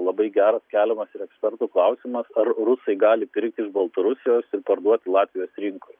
labai geras keliamas ir ekspertų klausimas ar rusai gali pirkti iš baltarusijos ir parduoti latvijos rinkoje